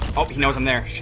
hope he knows him there.